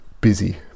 busy